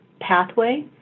pathway